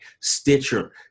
Stitcher